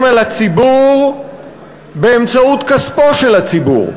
על הציבור באמצעות כספו של הציבור.